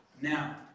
now